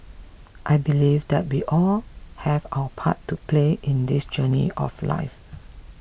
I believe that we all have our part to play in this journey of life